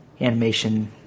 animation